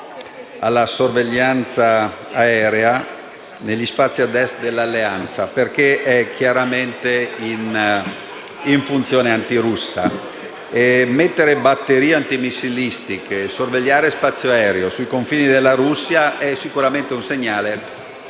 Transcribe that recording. alla sorveglianza aerea degli spazi ad est dell'Alleanza, perché tale sorveglianza è chiaramente in funzione antirussa. Mettere batterie antimissilistiche e sorvegliare spazio aereo al confine con la Russia è sicuramente un segnale